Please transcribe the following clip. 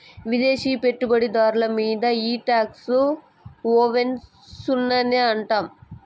విదేశీ పెట్టుబడి దార్ల మీంద ఈ టాక్స్ హావెన్ సున్ననే అంట